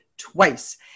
twice